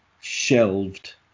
shelved